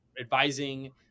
advising